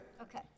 Okay